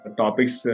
topics